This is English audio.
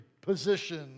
position